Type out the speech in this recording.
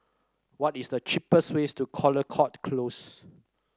what is the cheapest ways to Caldecott Close